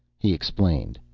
he explained,